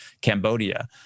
Cambodia